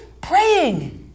praying